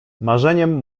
marzeniem